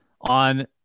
On